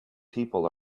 people